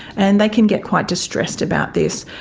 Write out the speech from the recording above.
and they can get quite distressed about this.